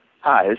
Hi